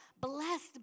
blessed